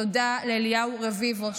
תודה לאליהו רביבו שפה,